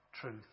truth